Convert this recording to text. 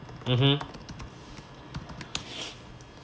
mmhmm